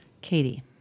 Katie